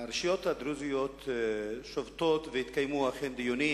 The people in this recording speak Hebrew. הרשויות הדרוזיות שובתות ואכן התקיימו דיונים.